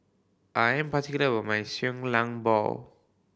I am particular with my lang bao